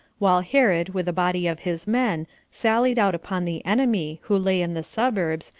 while herod, with a body of his men, sallied out upon the enemy, who lay in the suburbs,